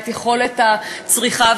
את יכולת הצריכה.